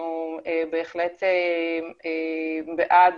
ואנחנו בהחלט בעד